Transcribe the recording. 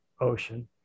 ocean